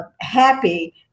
happy